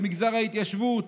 במגזר ההתיישבות,